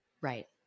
Right